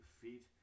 feet